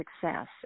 success